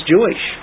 Jewish